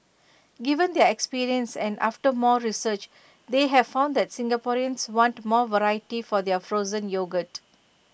given their experience and after more research they have found that Singaporeans want more variety for their frozen yogurt